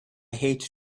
hate